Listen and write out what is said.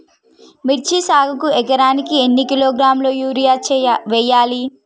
మిర్చి సాగుకు ఎకరానికి ఎన్ని కిలోగ్రాముల యూరియా వేయాలి?